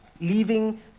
leaving